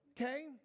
Okay